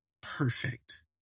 perfect